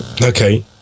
Okay